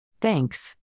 Thanks